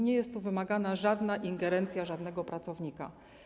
Nie jest tu wymagana ingerencja żadnego pracownika.